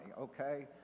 okay